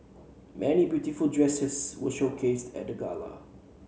many beautiful dresses were showcased at the gala